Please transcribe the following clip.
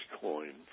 coin